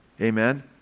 amen